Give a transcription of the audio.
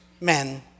men